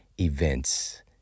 events